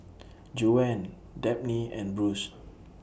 Juwan Dabney and Bruce